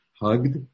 hugged